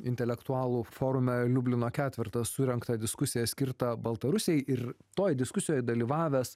intelektualų forume liublino ketvertas surengtą diskusiją skirtą baltarusijai ir toj diskusijoj dalyvavęs